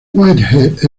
whitehead